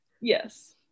yes